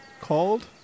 called